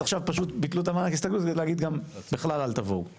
אז עכשיו פשוט ביטלו את המענק הסתגלות כדי להגיד גם בגלל אל תבואו.